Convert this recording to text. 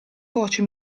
voce